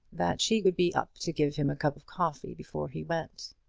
that she would be up to give him a cup of coffee before he went.